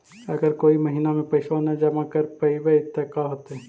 अगर कोई महिना मे पैसबा न जमा कर पईबै त का होतै?